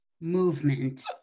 movement